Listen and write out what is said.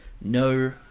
no